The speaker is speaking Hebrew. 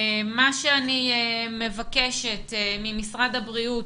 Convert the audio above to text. אני מבקשת ממשרד הבריאות